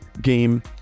game